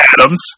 Adams